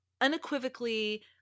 unequivocally